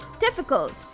difficult